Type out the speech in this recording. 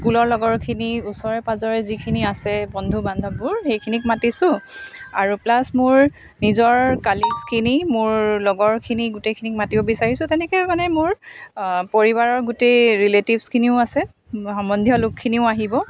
স্কুলৰ লগৰখিনি ওচৰে পাঁজৰে যিখিনি আছে বন্ধু বান্ধৱবোৰ সেইখিনিক মাতিছোঁ আৰু প্লাছ মোৰ নিজৰ কালিগছখিনি মোৰ লগৰখিনি গোটেইখিনিক মাতিব বিচাৰিছোঁ তেনেকৈ মানে মোৰ পৰিবাৰৰ গোটেই ৰিলেটিভছখিনিও আছে সম্বন্ধীয় লোকখিনিও আহিব